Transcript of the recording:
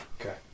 Okay